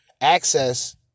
access